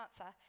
answer